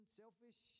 selfish